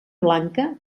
blanca